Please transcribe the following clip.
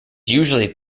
usually